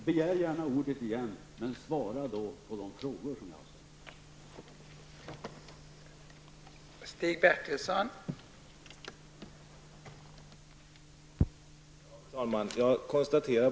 Begär gärna ordet igen, men svara då på de frågor som jag har ställt!